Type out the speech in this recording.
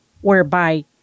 whereby